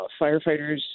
firefighters